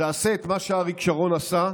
תעשה את מה שאריק שרון עשה,